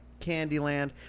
Candyland